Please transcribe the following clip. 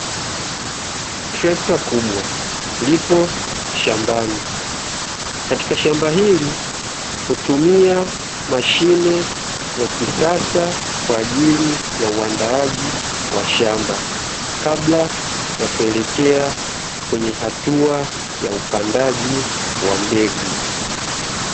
Trekta kubwa lipo shambani katika shamba hili hutumia mashine ya kisasa, kwa ajili ya uandaaji wa shamba, kabla ya kuelekea kwenye hatua ya upandaji wa mbegu.